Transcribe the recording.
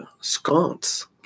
sconce